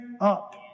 up